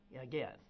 again